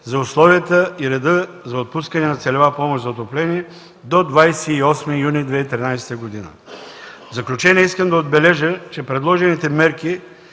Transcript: за условията и реда за отпускане на целева помощ за отопление до 28 юни 2013 г. В заключение, искам да отбележа, че предложените мерки,